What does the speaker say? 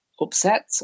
upset